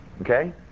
Okay